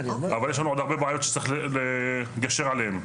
אבל יש לנו עוד הרבה בעיות שצריך לגשר עליהם.